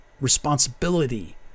responsibility